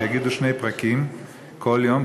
שיגידו שני פרקים כל יום.